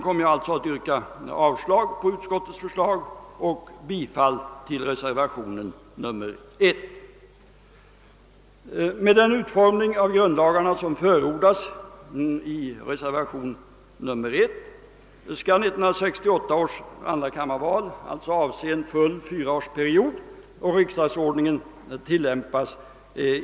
Därför yrkar jag avslag på utskottsmajoritetens förslag i detta avseende och bifall till reservationen 1.